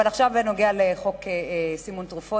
אבל עכשיו בנוגע לחוק סימון תרופות,